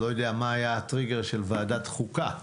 לא יודע מה היה הטריגר של ועדת חוקה.